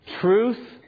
truth